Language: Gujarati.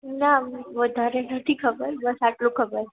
ના વધારે નથી ખબર બસ આટલું ખબર છે